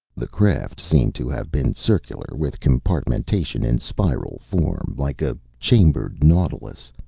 the craft seemed to have been circular, with compartmentation in spiral form, like a chambered nautilus.